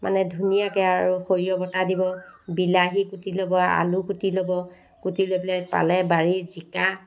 মানে ধুনীয়াকৈ আৰু সৰিয়হ বটা দিব বিলাহী কুটি ল'ব আলু কুটি ল'ব কুটি লৈ পেলাই পালে বাৰীৰ জিকা